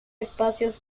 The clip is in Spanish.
espacios